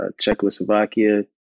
Czechoslovakia